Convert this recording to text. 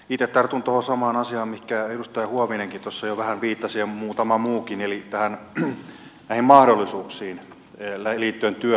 itse tartun samaan asiaan johon edustaja huovinenkin jo vähän viittasi ja muutama muukin eli mahdollisuuksiin liittyen työhön ja hyvinvointiin